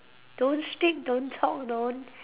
don't speak don't talk don't